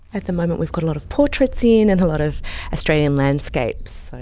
at the moment we've got a lot of portraits in and a lot of australian landscapes.